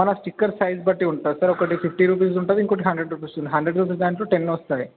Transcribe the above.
మన sticker size బట్టి ఉంటుంది సార్ ఒకటి ఫిఫ్టీ రూపీస్ ఉంటుంది ఇంకోటి హండ్రెడ్ రూపీస్ ఉంటుంది హండ్రెడ్ రూపీస్ దాంట్లో టెన్ వస్తాయి